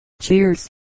Cheers